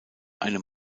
einem